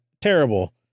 terrible